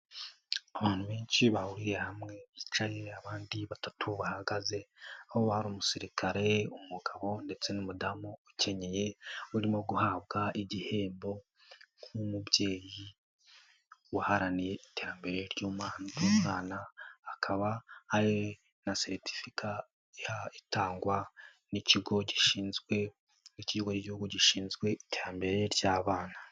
Abantu benshi bahuriye hamwe bicaye abandi batatu bahagaze, aho hari umusirikare, umugabo, ndetse n'umudamu ukenyeye, urimo guhabwa igihembo nk'umubyeyi uharaniye iterambere ry'umwana, akaba hari na seritifika, itangwa n'ikigo gishinzwe ikigo cy'igihugu gishinzwe iterambere ry'abana..